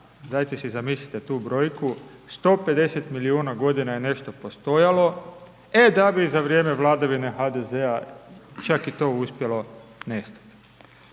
dajte si zamislite tu brojku, 150 milijuna godina je nešto postojalo e da bi za vrijeme vladavine HDZ-a čak i to uspjelo nestati.